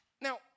Now